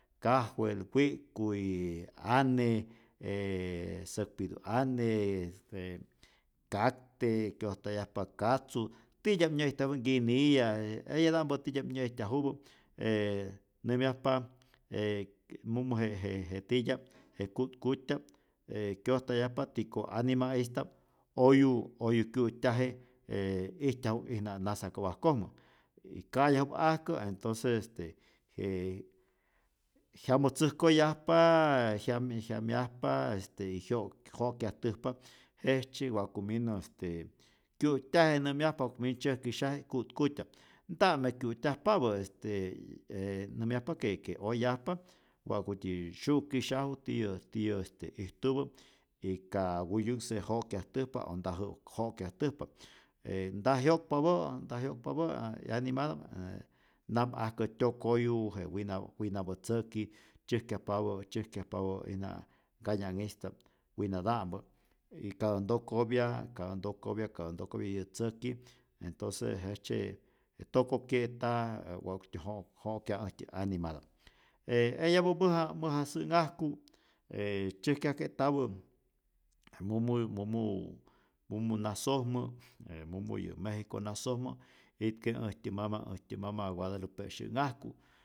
Kajwel, wik'kuy, ane ee säkpitu'ane, se kakte', kyojtayajpa katzu, titya'p nyä'ijtyajupä nkiniya', e eyata'mpä titya'p nyä'ijtyajupä e nämyajpa e mumu je je titya'p je ku'tkutya'p e kyojtayajpa tiko anima'ista'p oyu oyu kyu'tyaje e ijtyaju'k'ijna nasakopajkojmä, y ka'yaju'p'ajkä' entonce este je jyamotzäjkoyajpaa jyam jyamyajpa este jyo'k jo'kyajtäjpa'k jejtzye wa'ku minu este kyu'tyaje nämyajpa wa'ku mi tzäjkisyaje ku'tkutya'p, nta'me kyu'tyajpapä, este e nämyajpa que que oyajpa wa'kutyi syu'kisyaju tiyä tiyä este ijtupä y ka wuyunhse jo'kyajtäjpa o nta jo' jo'kyajtäjpa, e nta jyo'kpapä' nta jyo'kpapä' 'yanimata'p e nap'ajkä tyokoyu je winapä winapä tzäki tzyäjkyajpapä tzyäjkyajpapä'ijna nkanya'ista'p winata'mpä, y ka tä ntokopya ka tä ntokopya ka tä ntokopya yä tzäki entonce jejtzye tokokye'ta wa'kutyä jo' jo'kya äjtyä animata'p, e eyapä mäja mäja sä'nhajku e tzyäjkyajke'tapä e mumu mumu mumu nasojmä e mumu yä mejico nasojmä itke' äjtyä mama äjtyä mama guadalupe' syä'nhajku